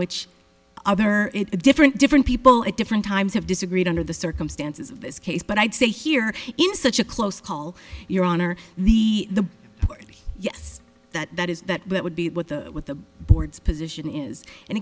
which either a different different people at different times have disagreed under the circumstances of this case but i'd say here in such a close call your honor the the yes that is that that would be what the with the board's position is and